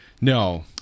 no